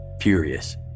Furious